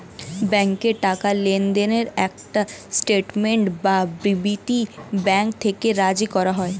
ব্যাংকে টাকা লেনদেনের একটা স্টেটমেন্ট বা বিবৃতি ব্যাঙ্ক থেকে জারি করা হয়